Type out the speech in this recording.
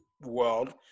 world